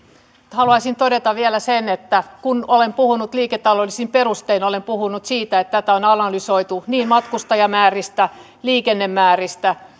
haluaisin todeta vielä sen että kun olen puhunut liiketaloudellisin perustein olen puhunut siitä että tätä on analysoitu niin matkustajamääristä liikennemääristä